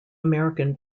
american